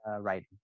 writing